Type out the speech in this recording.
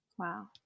Wow